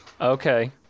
Okay